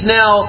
now